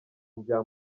bya